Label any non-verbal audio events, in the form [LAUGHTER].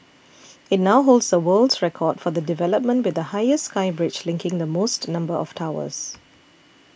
[NOISE] it now holds the world's record for the development with the highest sky bridge linking the most number of towers